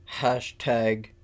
Hashtag